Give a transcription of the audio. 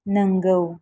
नोंगौ